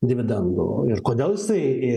dividendų ir kodėl jisai